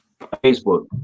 Facebook